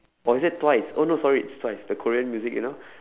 or is it twice oh no sorry it's twice the korean music you know